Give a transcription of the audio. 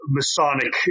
Masonic